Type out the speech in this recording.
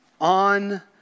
on